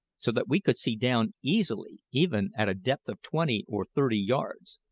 so that we could see down easily even at a depth of twenty or thirty yards.